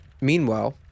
meanwhile